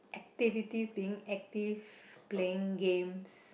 take for this being active playing games